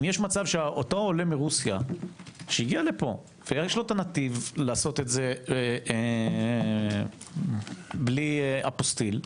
אם אותו עולה מרוסיה שהגיע לפה ויש לו הנתיב לעשות את זה בלי אפוסטיל,